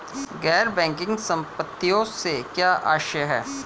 गैर बैंकिंग संपत्तियों से क्या आशय है?